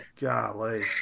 Golly